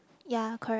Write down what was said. ya correct